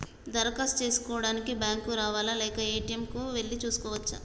దరఖాస్తు చేసుకోవడానికి బ్యాంక్ కు రావాలా లేక ఏ.టి.ఎమ్ కు వెళ్లి చేసుకోవచ్చా?